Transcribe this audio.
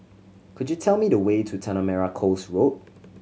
could you tell me the way to Tanah Merah Coast Road